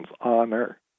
honor